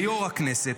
ליו"ר הכנסת,